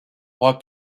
roi